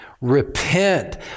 repent